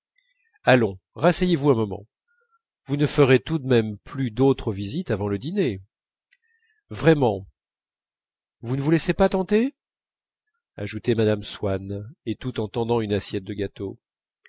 allons rasseyez vous un moment vous ne ferez tout de même plus d'autre visite avant le dîner vraiment vous ne vous laissez pas tenter ajoutait mme swann et tout en tendant une assiette de gâteaux